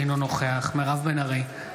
אינו נוכח מירב בן ארי,